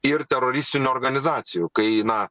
ir teroristinių organizacijų kai na